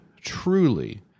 truly